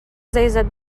zeizat